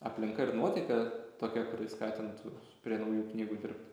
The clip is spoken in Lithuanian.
aplinka ir nuotaika tokia kuri skatintų prie naujų knygų dirbt